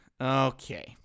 Okay